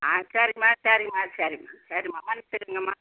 ஆ சரிம்மா சரிம்மா சரிம்மா சரிம்மா மன்னிச்சிடுங்கம்மா